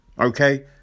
Okay